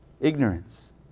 Ignorance